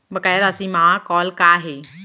बकाया राशि मा कॉल का हे?